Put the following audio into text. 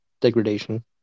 degradation